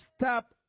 stop